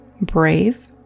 brave